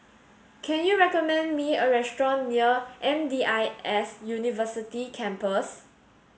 can you recommend me a restaurant near M D I S University Campus